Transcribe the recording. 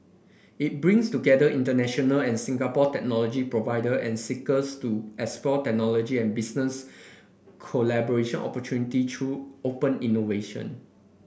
it brings together international and Singapore technology provider and seekers to explore technology and business collaboration opportunity through open innovation